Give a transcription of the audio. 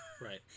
Right